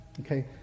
Okay